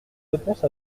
réponse